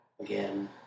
again